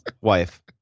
wife